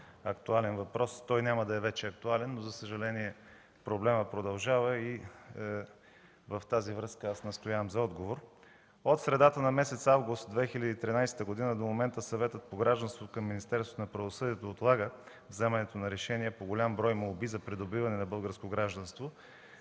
този въпрос, той няма да е вече актуален, но за съжаление проблемът продължава. В тази връзка настоявам за отговор. От средата на месец август 2013 г. до момента Съветът по гражданството към Министерството на правосъдието отлага вземането на решения по голям брой молби за придобиване на българско гражданство